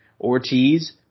Ortiz